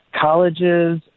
colleges